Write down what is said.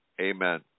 Amen